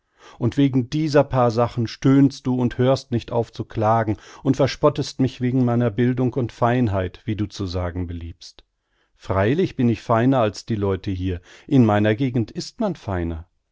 und wegen dieser paar sachen stöhnst du und hörst nicht auf zu klagen und verspottest mich wegen meiner bildung und feinheit wie du zu sagen beliebst freilich bin ich feiner als die leute hier in meiner gegend ist man feiner